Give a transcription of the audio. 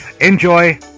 enjoy